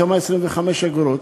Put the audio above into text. שם 25 אגורות,